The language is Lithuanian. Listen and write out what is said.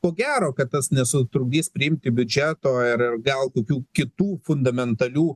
ko gero kad tas nesutrukdys priimti biudžeto ir ir gal kokių kitų fundamentalių